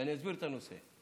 ואני אסביר את הנושא,